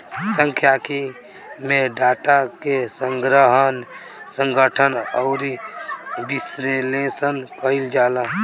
सांख्यिकी में डाटा के संग्रहण, संगठन अउरी विश्लेषण कईल जाला